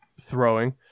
throwing